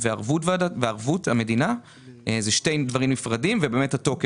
היום ה-13 ביוני 2022, י"ד בסיון התשפ"ב.